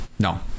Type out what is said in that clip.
No